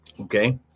Okay